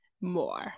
more